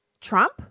Trump